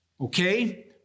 Okay